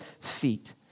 feet